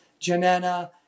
Janana